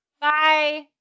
Bye